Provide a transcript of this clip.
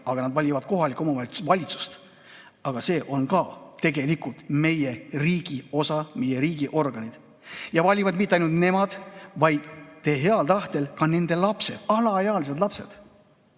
vali, nad valivad kohalikku omavalitsust. See on ka tegelikult meie riigi osa, need on meie riigiorganid. Ja valivad mitte ainult nemad, vaid teie heal tahtel ka nende lapsed, alaealised lapsed.